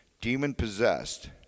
demon-possessed